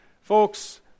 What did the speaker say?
folks